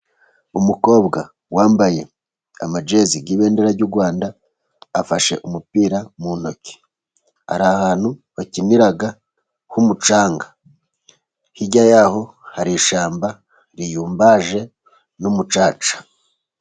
Umukobwa wambaye amanjezi y' ibendera ry' u Rwanda afashe umupira mu ntoki, ari ahantu bakinira h' umucanga, hirya y' aho hari ishyamba rirumbaje n' umucaca.